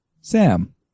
Sam